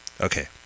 okay